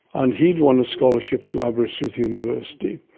and he had won a scholarship to aberystwyth university.